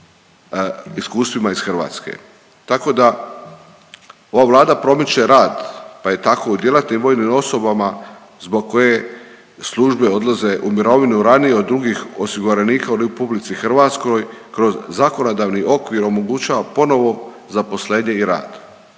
iskustvima iz Hrvatske. Tako da ova Vlada promiče rad pa je tako u djelatnim vojnim osobama zbog koje službe odlaže u mirovinu ranije od drugih osiguranika u RH kroz zakonodavni okvir omogućava ponovo zaposlenje i rad.